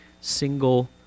single